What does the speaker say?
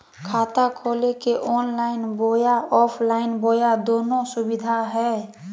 खाता खोले के ऑनलाइन बोया ऑफलाइन बोया दोनो सुविधा है?